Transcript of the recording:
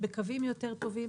בקווים יותר טובים.